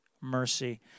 mercy